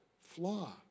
flaw